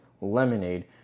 lemonade